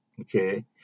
okay